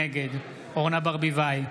נגד אורנה ברביבאי,